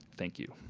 thank you.